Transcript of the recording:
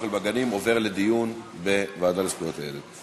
בגנים עובר לדיון בוועדה לזכויות הילד.